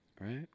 Right